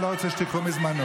אני לא רוצה שתיקחו מזמנו.